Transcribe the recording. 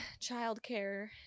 childcare